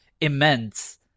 immense